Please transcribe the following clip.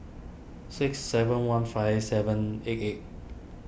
six seven one five seven eight eight